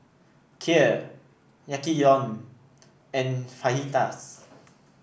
Kheer Yaki Udon and Fajitas